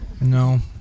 No